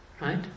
right